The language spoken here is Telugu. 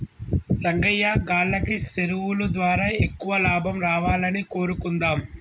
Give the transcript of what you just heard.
రంగయ్యా గాల్లకి సెరువులు దారా ఎక్కువ లాభం రావాలని కోరుకుందాం